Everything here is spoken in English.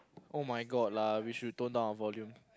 [oh]-my-god lah we should tone down our volume